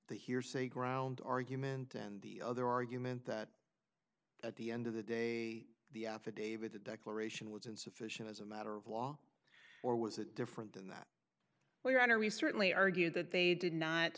the hearsay ground argument and the other argument that at the end of the day the affidavit the declaration was insufficient as a matter of law or was it different than that well your honor we certainly argued that they did